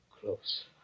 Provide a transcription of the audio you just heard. close